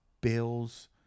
bills